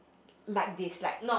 like this like